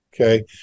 Okay